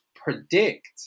predict